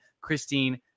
Christine